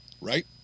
right